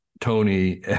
Tony